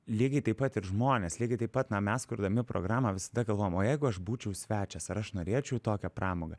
lygiai taip pat ir žmonės lygiai taip pat na mes kurdami programą visada galvojam o jeigu aš būčiau svečias ar aš norėčiau į tokią pramogą